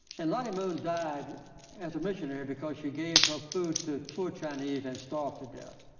and lottie moon died as a missionary because she gave her food to poor chinese and starved to death.